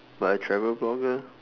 but a travel blogger